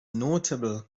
notable